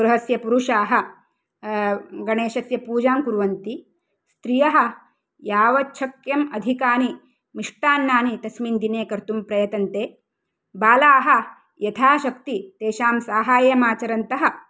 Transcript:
गृहस्य पुरुषाः गणेशस्य पूजां कुर्वन्ति स्त्रियः यावत्छक्यम् अधिकानि मिष्ठान्नानि तस्मिन् दिने कर्तुं प्रयतन्ते बालाः यथाशक्ति तेषां साहाय्यमाचरन्तः